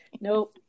Nope